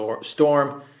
storm